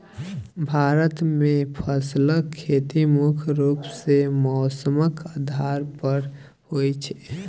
भारत मे फसलक खेती मुख्य रूप सँ मौसमक आधार पर होइ छै